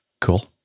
Cool